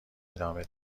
ادامه